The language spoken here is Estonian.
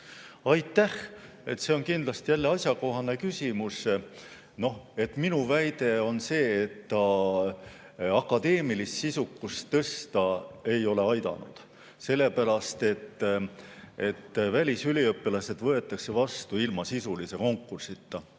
Aitäh! See on kindlasti jälle asjakohane küsimus. Minu väide on see, et ta akadeemilist sisukust tõsta ei ole aidanud, sellepärast et välisüliõpilased võetakse vastu ilma sisulise konkursita.